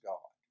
God